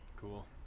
Cool